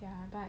ya but